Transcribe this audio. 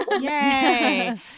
Yay